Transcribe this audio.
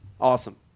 Awesome